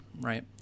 right